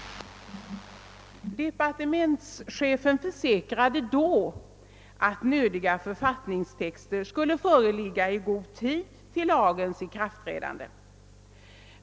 Departementschefen försäkrade då att nödiga författningstexter skulle föreligga i god tid till lagens ikraftträdande.